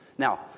Now